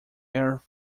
air